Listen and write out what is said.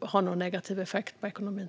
har någon negativ effekt på ekonomin.